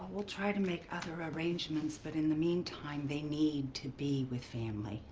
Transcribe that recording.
we'll try to make other arrangements, but in the meantime they need to be with family.